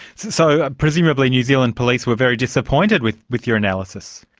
so, presumably new zealand police were very disappointed with with your analysis.